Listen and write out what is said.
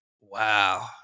Wow